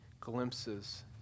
glimpses